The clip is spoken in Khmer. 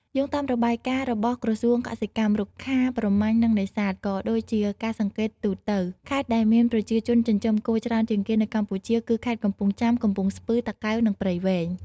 យោងតាមរបាយការណ៍របស់ក្រសួងកសិកម្ម រុក្ខាប្រមាញ់ និងនេសាទ ក៏ដូចជាការសង្កេតទូទៅ ខេត្តដែលមានប្រជាជនចិញ្ចឹមគោច្រើនជាងគេនៅកម្ពុជាគឺ ខេត្តកំពង់ចាម កំពង់ស្ពឺ តាកែវ និងព្រៃវែង។